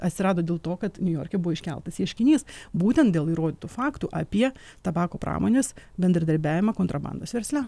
atsirado dėl to kad niujorke buvo iškeltas ieškinys būtent dėl įrodytų faktų apie tabako pramonės bendradarbiavimą kontrabandos versle